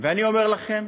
ואני אומר לכם